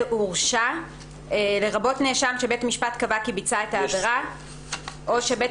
""הורשע" לרבות נאשם שבית המשפט קבע כי ביצע את העבירה או שבית